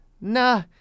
nah